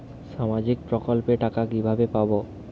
সামাজিক প্রকল্পের টাকা কিভাবে পাব?